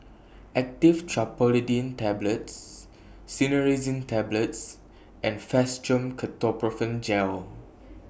Actifed Triprolidine Tablets Cinnarizine Tablets and Fastum Ketoprofen Gel